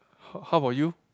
how how about you